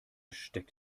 steckt